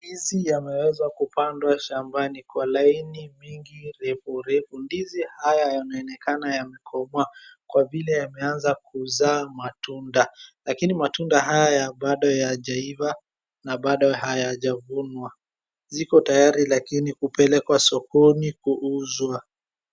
Ndizi yameweza kupandwa shambani kwa laini mingi refu refu. Ndizi haya yameonekana yamekomaa kwa vile yameanza kuzaa matunda. Lakini matunda haya bado hayajaiva na bado hayajavunwa. Viko tayari lakini kupelekwa sokoni kuuzwa.